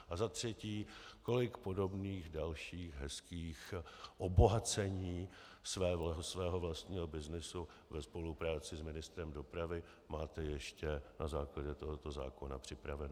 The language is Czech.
A za třetí, kolik podobných dalších hezkých obohacení svého vlastního byznysu ve spolupráci s ministrem dopravy máte ještě na základě tohoto zákona připraveno.